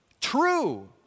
true